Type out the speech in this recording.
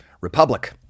republic